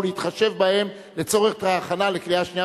ולהתחשב בהן לצורך ההכנה לקריאה שנייה